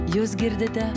jūs girdite